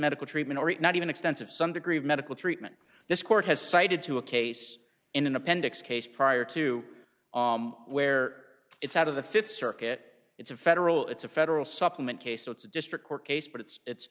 medical treatment or not even extensive some degree of medical treatment this court has cited to a case in an appendix case prior to where it's out of the th circuit it's a federal it's a federal supplement case so it's a district court case but it's